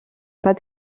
pas